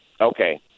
Okay